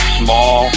small